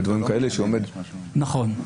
נכון.